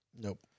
Nope